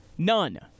none